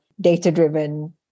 data-driven